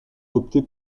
opté